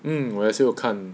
mm 我也是有看